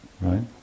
right